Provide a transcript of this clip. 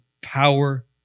power